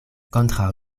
kontraŭ